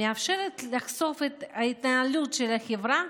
מאפשרת לחשוף את ההתנהלות של החברה,